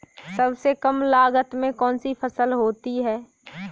सबसे कम लागत में कौन सी फसल होती है बताएँ?